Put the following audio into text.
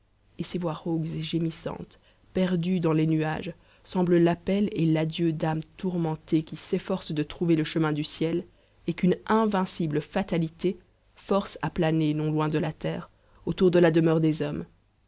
et ces voix rauques et gémissantes perdues dans les nuages semblent l'appel et l'adieu d'âmes tourmentées qui s'efforcent de trouver le chemin du ciel et qu'une invincible fatalité force à planer non loin de la terre autour de la demeure des hommes